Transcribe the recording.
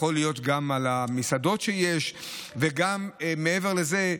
יכול להיות שגם על המסעדות, וגם מעבר לזה,